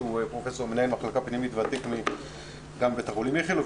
שהוא מנהל מחלקה פנימית ותיק מבית החולים איכילוב,